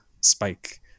spike